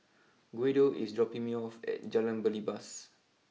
Guido is dropping me off at Jalan Belibas